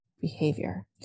behavior